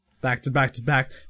Back-to-back-to-back